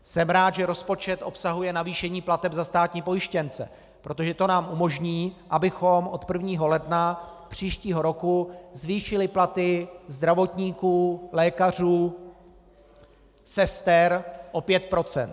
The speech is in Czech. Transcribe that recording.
Jsem rád, že rozpočet obsahuje navýšení plateb za státní pojištěnce, protože to nám umožní, abychom od 1. ledna příštího roku zvýšili platy zdravotníků, lékařů, sester o 5 %.